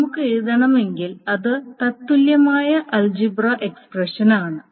നമുക്ക് എഴുതണമെങ്കിൽ അത് തത്തുല്യമായ ആൽജിബ്രാ എക്സ്പ്രഷൻ ആണ്